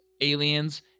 Aliens